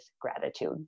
gratitude